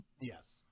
yes